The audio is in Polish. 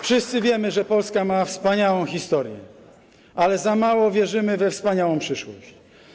Wszyscy wiemy, że Polska ma wspaniałą historię, ale za mało wierzymy we wspaniałą przyszłość.